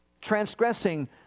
transgressing